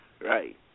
right